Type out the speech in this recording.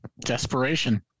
desperation